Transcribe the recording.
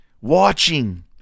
watching